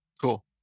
Cool